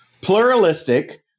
pluralistic